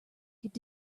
could